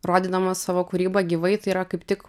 rodydamas savo kūrybą gyvai tai yra kaip tik